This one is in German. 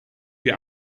wir